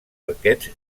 arquets